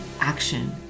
action